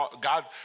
God